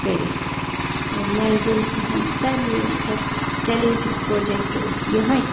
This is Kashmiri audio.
کٔرِتھ اور میٛانہِ زِندگی ہُنٛز ساروِیو کھۄتہٕ چٮ۪لینجِنٛگ پروجَکٹ اوس یِہوٚے